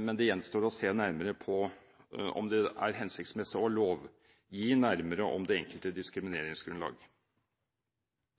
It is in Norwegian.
Men det gjenstår å se nærmere på om det er hensiktsmessig å lovgi nærmere det enkelte diskrimineringsgrunnlag.